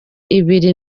ibiri